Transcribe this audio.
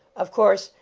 of course,